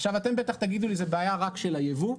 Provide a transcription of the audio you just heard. עכשיו אתם בטח תגידו לי שזו בעיה רק של היבוא,